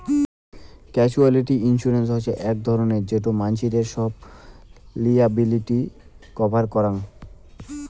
casualty insurance হসে আক ধরণের যেটো মানসিদের সব লিয়াবিলিটি কভার করাং